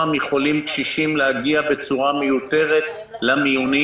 מחולים קשישים להגיע בצורה מיותרת למיונים.